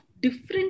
different